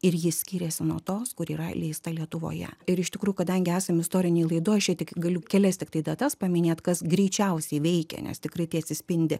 ir ji skiriasi nuo tos kuri yra leista lietuvoje ir iš tikrųjų kadangi esam istorinėj laidoj čia tik galiu kelias tiktai datas paminėt kas greičiausiai veikia nes tikrai tai atsispindi